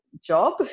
job